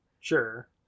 Sure